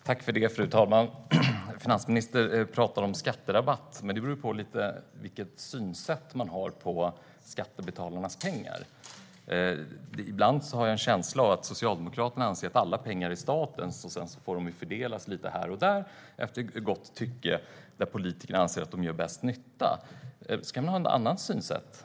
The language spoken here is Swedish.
Fru talman! Finansministern talar om skatterabatt. Det beror ju lite på vilket synsätt man har när det gäller skattebetalarnas pengar. Ibland har jag en känsla av att Socialdemokraterna anser att alla pengar är statens, och sedan får de fördelas lite här och där efter godtycke, beroende på var politikerna anser att de gör bäst nytta. Man kan ha ett annat synsätt.